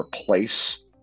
replace